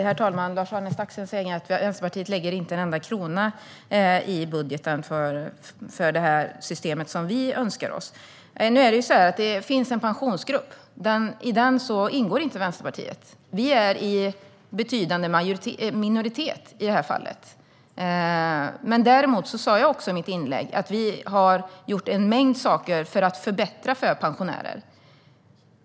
Herr talman! Lars-Arne Staxäng säger att Vänsterpartiet inte lägger en enda krona i budgeten för det system som vi önskar oss. Nu är det så att det finns en pensionsgrupp. I den ingår inte Vänsterpartiet. Vi är i betydande minoritet i det här fallet. Däremot har vi, som jag sa i mitt inlägg, gjort en mängd saker för att förbättra för pensionärer.